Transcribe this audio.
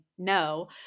No